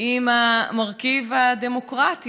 עם המרכיב הדמוקרטי.